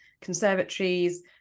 conservatories